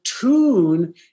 tune